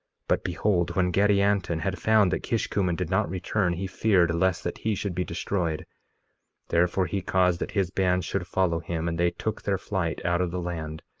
but behold, when gadianton had found that kishkumen did not return he feared lest that he should be destroyed therefore he caused that his band should follow him. and they took their flight out of the land,